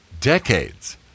decades